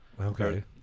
okay